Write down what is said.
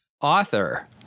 author